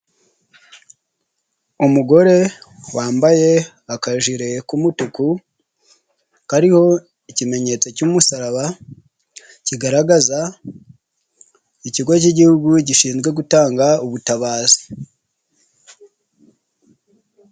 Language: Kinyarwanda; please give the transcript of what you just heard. Umugore wambaye akajere k'umutuku kariho ikimenyetso cy'umusaraba, kigaragaza ikigo cy'Igihugu gishinzwe gutanga ubutabazi.